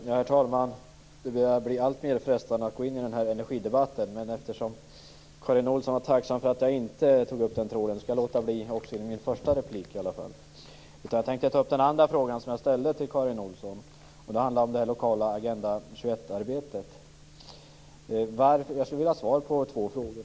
Herr talman! Det börjar bli alltmer frestande att gå in i den här energidebatten, men eftersom Karin Olsson är tacksam om jag inte tar upp den, skall jag åtminstone i min första replik låta bli att göra det. Jag tänker i stället ta upp det andra spörsmål som jag ställde till Karin Olsson och som handlade om det lokala Agenda 21-arbetet. Jag skulle vilja få svar på två frågor.